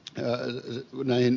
tääl näin